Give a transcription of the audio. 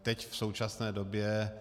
Teď v současné době...